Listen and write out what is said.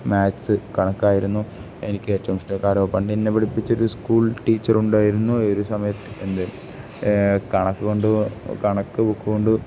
maths കണക്കായിരുന്നു എനിക്ക് ഏറ്റോവും ഇഷ്ടം കാരണം പണ്ട് എന്നെ പഠപ്പിച്ച ഒരു സ്കൂൾ ടീച്ചറുണ്ടായിരുന്നു ഒരു എന്ത് കണക്ക് കൊണ്ട് കണക്ക് ബുക്ക് കൊണ്ട്